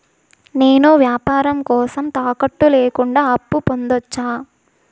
నేను వ్యాపారం కోసం తాకట్టు లేకుండా అప్పు పొందొచ్చా?